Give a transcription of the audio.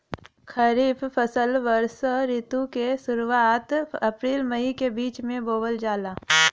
खरीफ फसल वषोॅ ऋतु के शुरुआत, अपृल मई के बीच में बोवल जाला